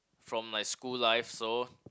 from my school life so